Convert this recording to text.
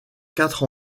quatre